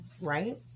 right